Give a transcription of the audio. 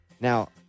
Now